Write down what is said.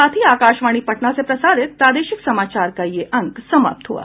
इसके साथ ही आकाशवाणी पटना से प्रसारित प्रादेशिक समाचार का ये अंक समाप्त हुआ